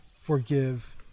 forgive